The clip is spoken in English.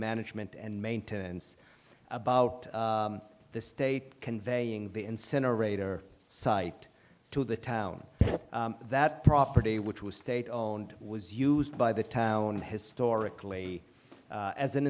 management and maintenance about the state conveying the incinerator site to the town that property which was state owned was used by the town historically as a